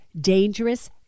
dangerous